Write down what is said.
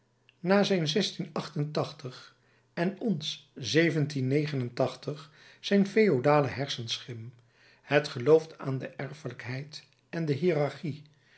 na zijn en ons zijn feodale hersenschim het gelooft aan de erfelijkheid en de hierarchie